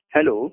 Hello